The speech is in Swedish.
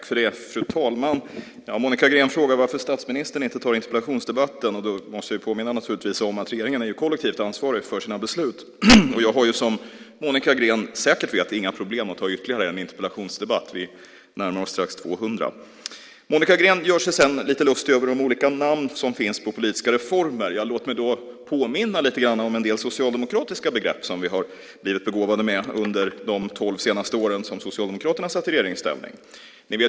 Fru talman! Monica Green frågar varför statsministern inte tar interpellationsdebatten. Jag måste naturligtvis påminna om att regeringen är kollektivt ansvarig för sina beslut. Jag har, som Monica Green säkert vet, inga problem med att ta ytterligare en interpellationsdebatt. Vi närmar oss 200. Monica Green gör sig lite lustig över de olika namn som finns på politiska reformer. Låt mig påminna lite grann om en del socialdemokratiska begrepp som vi har blivit begåvade med under de tolv senaste åren som Socialdemokraterna satt i regeringsställning.